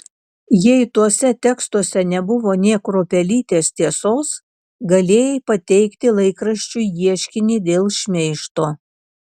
jei tuose tekstuose nebuvo nė kruopelytės tiesos galėjai pateikti laikraščiui ieškinį dėl šmeižto